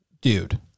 dude